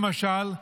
למשל,